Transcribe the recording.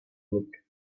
look